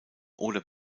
oder